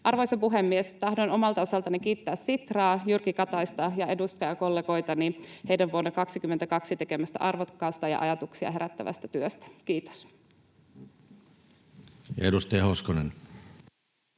Arvoisa puhemies! Tahdon omalta osaltani kiittää Sitraa, Jyrki Kataista ja edustajakollegoitani heidän vuonna 22 tekemästään arvokkaasta ja ajatuksia herättävästä työstä. — Kiitos. Ja edustaja Hoskonen.